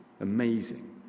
Amazing